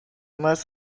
must